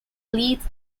leeds